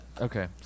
Okay